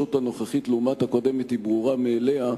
הנוכחית לעומת הקודמת היא ברורה מאליה.